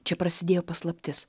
čia prasidėjo paslaptis